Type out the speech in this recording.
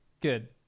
Good